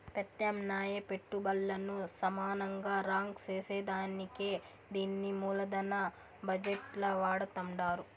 పెత్యామ్నాయ పెట్టుబల్లను సమానంగా రాంక్ సేసేదానికే దీన్ని మూలదన బజెట్ ల వాడతండారు